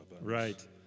Right